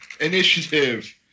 Initiative